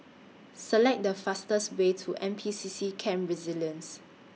Select The fastest Way to N P C C Camp Resilience